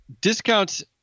Discounts